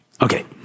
Okay